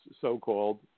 so-called